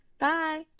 bye